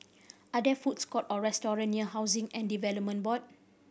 are there foods court or restaurant near Housing and Development Board